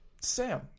Sam